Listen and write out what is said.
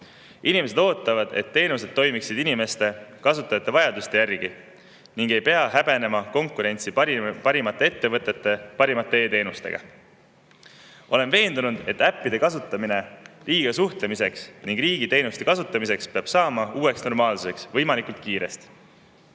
Inimesed ootavad, et teenused toimiksid inimeste, kasutajate vajaduste järgi ning et me ei peaks häbenema konkurentsi parimate ettevõtete parimate e-teenustega. Olen veendunud, et äppide kasutamine riigiga suhtlemiseks ning riigi teenuste kasutamiseks peab saama uueks normaalsuseks võimalikult kiiresti.